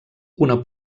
una